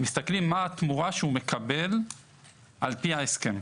מסתכלים מה התמורה הוא מקבל על פי ההסכם.